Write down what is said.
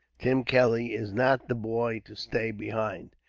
tim kelly is not the boy to stay behind.